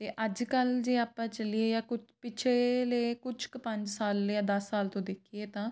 ਅਤੇ ਅੱਜ ਕੱਲ੍ਹ ਜੇ ਆਪਾਂ ਚਲੀਏ ਜਾਂ ਕੁਝ ਪਿੱਛਲੇ ਕੁਛ ਕੁ ਪੰਜ ਸਾਲ ਜਾਂ ਦਸ ਸਾਲ ਤੋਂ ਦੇਖੀਏ ਤਾਂ